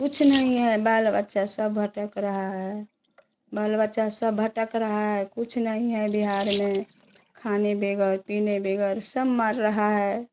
कुछ नहीं है बाल बच्चा सब भटक रहा है बाल बच्चा सब भटक रहा है कुछ नहीं है बिहार में खाने बगैर पीने बगैर सब मर रहा है